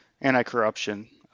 anti-corruption